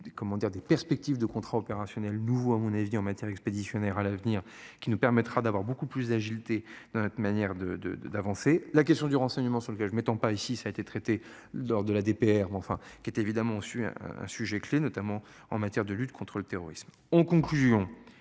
des perspectives de contrats opérationnels nouveau, à mon avis en matière expéditionnaire à l'avenir qui nous permettra d'avoir beaucoup plus d'agilité dans notre manière de de d'avancer la question du renseignement sur lequel je mettant pas ici ça a été traité lors de la DPR mais enfin qui étaient évidemment sur un sujet clé, notamment en matière de lutte contre le terrorisme ont conclusion